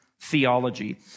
theology